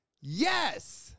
Yes